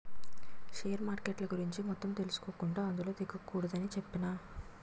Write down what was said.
share మార్కెట్ల గురించి మొత్తం తెలుసుకోకుండా అందులో దిగకూడదని చెప్పేనా